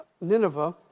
Nineveh